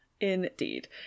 indeed